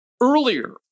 earlier